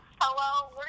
Hello